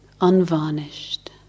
unvarnished